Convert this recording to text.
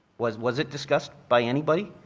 was was it discussed by any body?